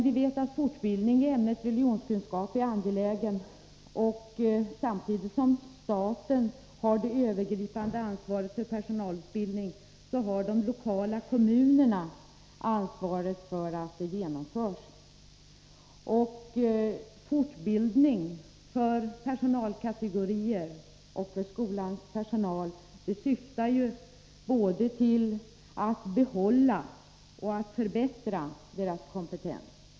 Vi vet att fortbildning i ämnet religionskunskap är angelägen. Samtidigt som staten har det övergripande ansvaret för personalutbildning, har de lokala kommunerna ansvaret för att den genomförs. Fortbildning för personalkategorier och för skolans personal syftar både till att behålla och till att förbättra deras kompetens.